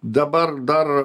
dabar dar